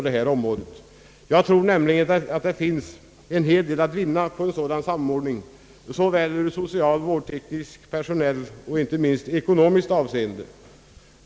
Det skulle nog vara en hel del att vinna på en sådan samordning, såväl ur social som vårdteknisk och personell synpunkt och inte minst i ekonomiskt avseende.